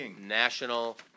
National